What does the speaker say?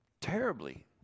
terribly